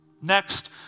Next